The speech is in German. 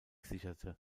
sicherte